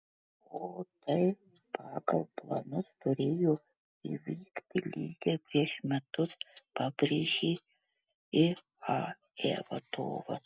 o tai pagal planus turėjo įvykti lygiai prieš metus pabrėžė iae vadovas